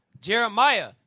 Jeremiah